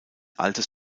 altes